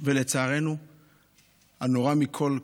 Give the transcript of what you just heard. ולצערנו גילינו את הנורא מכול.